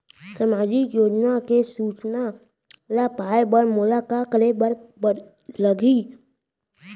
सामाजिक योजना के सूचना ल पाए बर मोला का करे बर लागही?